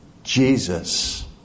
Jesus